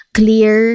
clear